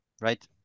right